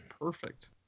perfect